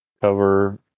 cover